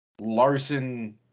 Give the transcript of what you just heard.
Larson